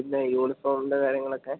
പിന്നെ യൂണിഫോമിൻ്റെ കാര്യങ്ങളൊക്കെ